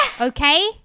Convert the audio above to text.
okay